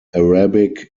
arabic